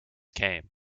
came